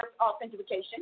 authentication